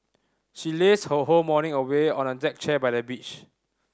she lazed her whole morning away on a deck chair by the beach